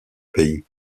pays